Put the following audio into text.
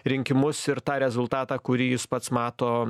rinkimus ir tą rezultatą kurį jis pats mato